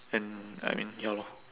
and I mean ya lor